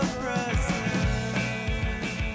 present